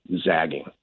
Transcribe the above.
zagging